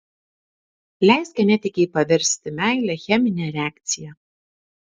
leisk genetikei paversti meilę chemine reakcija